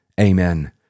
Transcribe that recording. Amen